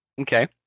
okay